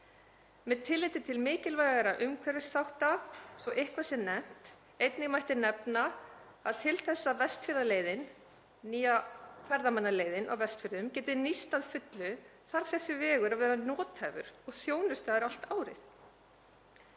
með tilliti til mikilvægra umhverfisþátta svo eitthvað sé nefnt. Einnig mætti nefna að til þess að Vestfjarðaleiðin, nýja ferðamannaleiðin á Vestfjörðum, geti nýst að fullu þarf þessi vegur að vera nothæfur og þjónustaður allt árið.